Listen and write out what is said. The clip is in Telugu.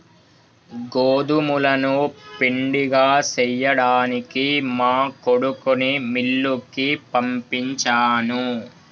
గోదుములను పిండిగా సేయ్యడానికి మా కొడుకుని మిల్లుకి పంపించాను